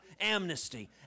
amnesty